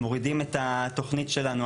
מורידים את התוכנית שלנו,